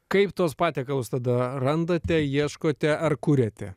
kaip tuos patiekalus tada randate ieškote ar kuriate